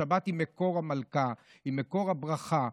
השבת היא המלכה, היא מקור הברכה.